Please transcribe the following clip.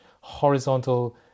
Horizontal